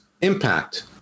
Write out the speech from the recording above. impact